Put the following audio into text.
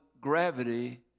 gravity